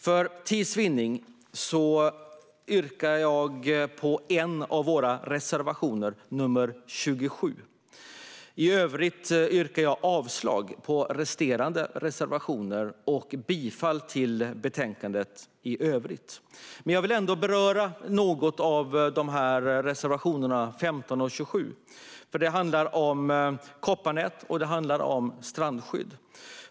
För tids vinnande yrkar jag bifall endast till en av våra reservationer, nr 27. I övrigt yrkar jag avslag på resterande reservationer och bifall till utskottets förslag i betänkandet i övrigt. Jag vill ändå något beröra reservationerna 15 och 27, som handlar om kopparnät och strandskydd.